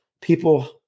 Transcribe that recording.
people